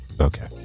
Okay